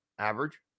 average